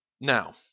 Now